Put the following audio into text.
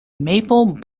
maple